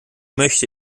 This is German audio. möchte